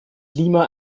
lima